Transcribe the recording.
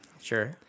Sure